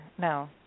no